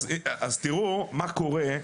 אז תראו מה קורה,